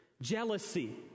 jealousy